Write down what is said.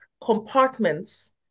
compartments